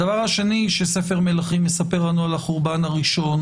הדבר השני שספר מלכים מספר לנו על החורבן הראשון